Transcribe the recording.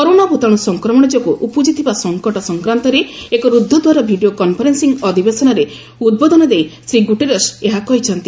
corona ଭୂତାଣୁ ସଂକ୍ରମଣ ଯୋଗୁଁ ଉପୁଜିଥିବା ସଂକଟ ସଂକ୍ରାନ୍ତରେ ଏକ ରୁଦ୍ଧଦ୍ୱାର ଭିଡ଼ିଓ କନ୍ଫରେନ୍ନିଙ୍ଗ୍ ଅଧିବେଶନରେ ଉଦ୍ବୋଧନ ଦେଇ ଶ୍ରୀ ଗୁଟେରସ୍ ଏହା କହିଛନ୍ତି